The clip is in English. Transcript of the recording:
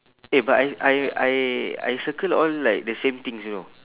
eh but I I I I circle all like the same things you know